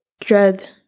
dread